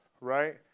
right